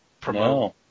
promote